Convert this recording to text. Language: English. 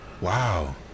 Wow